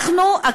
תודה.